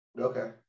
Okay